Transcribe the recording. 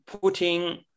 putting